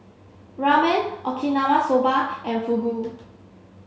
Ramen Okinawa Soba and Fugu